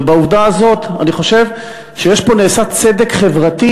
ובעובדה הזאת אני חושב שנעשה צדק חברתי,